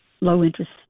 low-interest